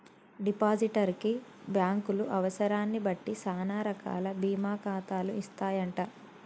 depositor కి బ్యాంకులు అవసరాన్ని బట్టి సానా రకాల బీమా ఖాతాలు ఇస్తాయంట